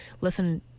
listen